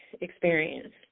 experience